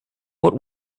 what